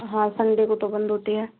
हाँ संडे को तो बंद होती है